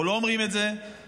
אנחנו לא אומרים את זה בהאג,